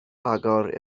agor